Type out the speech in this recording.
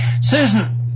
Susan